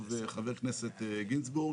חבר הכנסת גינזבורג,